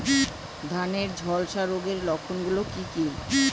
ধানের ঝলসা রোগের লক্ষণগুলি কি কি?